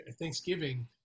Thanksgiving